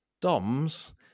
Doms